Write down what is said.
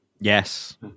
Yes